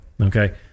okay